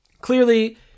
clearly